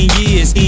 years